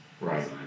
Right